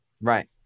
Right